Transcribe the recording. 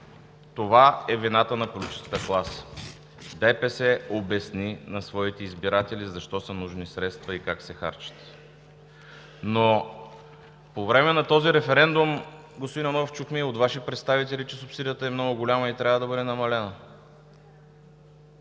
Това е вината на политическата класа. ДПС обясни на своите избиратели защо са нужни средствата и как се харчат. По време на този референдум, господин Иванов, чухме и от Ваши представители, че субсидията е много голяма и трябва да бъде намалена.